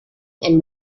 and